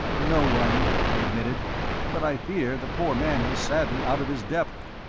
no one, i admitted but i fear the poor man is sadly out of his depth.